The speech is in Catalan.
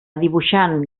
dibuixant